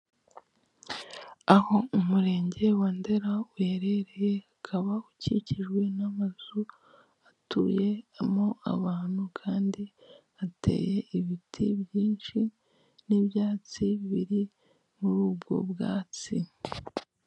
Aho umurenge wa Ndera uherereye, ukaba ukikijwe n'amazu atuyemo abantu kandi hateye ibiti byinshi n'ibyatsi biri muri ubwo bwatsi.